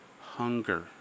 hunger